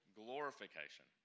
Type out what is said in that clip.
glorification